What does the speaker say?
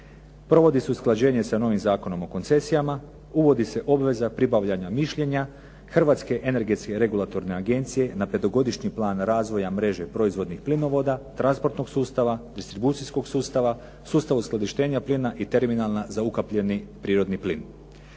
Provodi se usklađenje sa novim Zakonom o koncesijama, uvodi se obveza pribavljanja mišljenja, Hrvatske energetske regulatorne agencije na petogodišnji plan razvoja mreže proizvodnih plinovoda, transportnog sustava, distribucijskog sustava, sustava uskladištenja plina i terminala za ukapljeni prirodni plin.